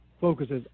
focuses